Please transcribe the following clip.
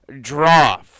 Draw